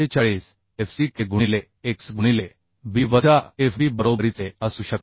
45fck गुणिले x गुणिले b वजा fb बरोबरीचे असू शकते